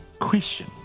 Question